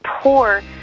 poor